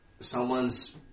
someone's